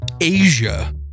Asia